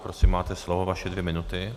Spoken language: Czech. Prosím, máte slovo, vaše dvě minuty.